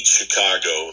Chicago